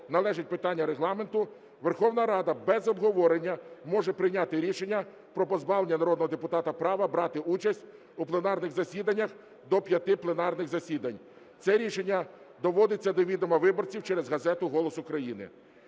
належить питання Регламенту, Верховна Рада без обговорення може прийняти рішення про позбавлення народного депутата права брати участь у пленарних засіданнях до п'яти пленарних засідань. Це рішення доводиться до відома виборців через газету "Голос України".